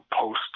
post